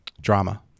drama